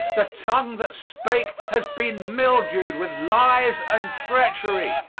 the tongue that spake has been mildewed with lies and treachery.